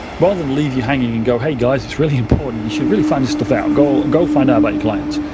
but than leave you hanging and go, hey, guys, it's really important, you should really find this stuff out. go go find out about your clients,